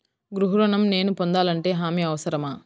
గృహ ఋణం నేను పొందాలంటే హామీ అవసరమా?